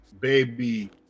baby